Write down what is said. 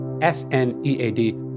S-N-E-A-D